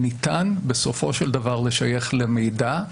ניתן בסופו של דבר לשייך למידע,